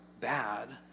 bad